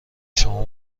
شما